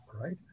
right